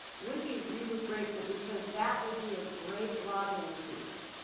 would be really grateful because that would be a great lobbying piece.